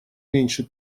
меньше